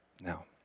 now